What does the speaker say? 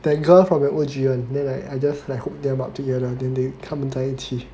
that girl from your O_G one and then like I just hook them up together then they 他们在一起